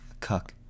Cuck